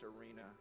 arena